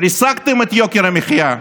ריסקתם את יוקר המחיה,